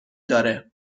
داره